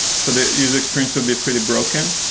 so the user experience would be pretty broken.